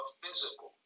physical